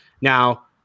Now